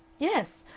yes.